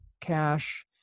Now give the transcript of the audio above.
cash